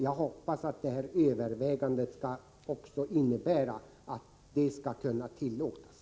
Jag hoppas att övervägandet också skall innebära att detta skall kunna tillåtas.